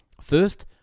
First